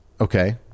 okay